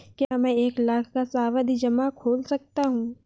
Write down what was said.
क्या मैं एक लाख का सावधि जमा खोल सकता हूँ?